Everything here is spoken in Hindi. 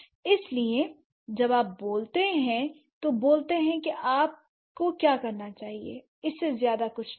इसलिए इसीलिए जब आप बोलते हैं तो बोलते हैं कि आपको क्या करना चाहिए इससे ज्यादा कुछ नहीं